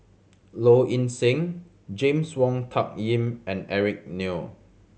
Low Ing Sing James Wong Tuck Yim and Eric Neo